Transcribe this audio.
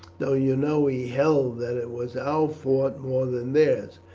though you know he held that it was our fault more than theirs,